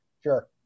Sure